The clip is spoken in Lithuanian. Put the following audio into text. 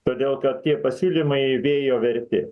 todėl kad tie pasiūlymai vėjo verti